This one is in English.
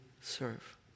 serve